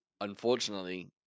unfortunately